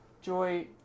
Joy